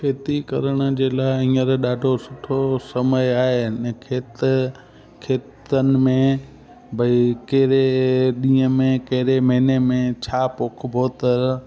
खेती करण जे लाइ हीअंर ॾाढो सुठो समय आहे इन खेत खेतनि में भई कहिड़े ॾींहं में केरे महीने में छा पोखिबो त